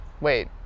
Wait